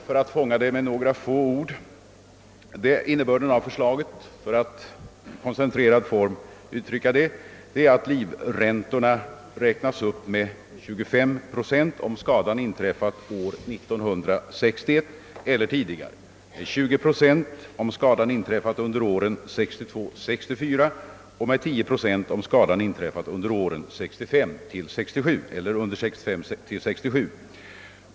Förslagets innebörd är, i koncentrerad form, att livräntorna räknas upp med 25 procent, om skadan inträffat år 1961 eller tidigare, med 20 procent om skadan inträffat under åren 1962— 1964 och med 10 procent om skadan inträffat under åren 1965—1967.